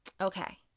okay